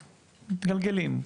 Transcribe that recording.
מתגלגלים,